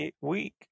week